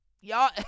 Y'all